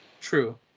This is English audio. True